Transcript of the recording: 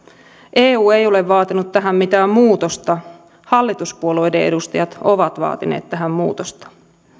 eu ei ole vaatinut tähän mitään muutosta hallituspuolueiden edustajat ovat vaatineet tähän muutosta